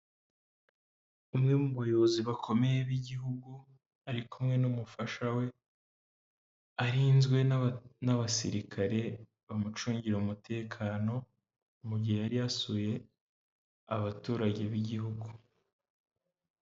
Umwe mu bayobozi bakomeye b'igihugu ari kumwe n'umufasha we arinzwe n'abasirikare bamucungira umutekano mu gihe yari yasuye abaturage b'igihugu.